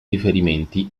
riferimenti